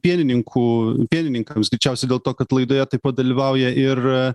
pienininkų pienininkams greičiausiai dėl to kad laidoje taip pat dalyvauja ir